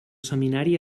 seminari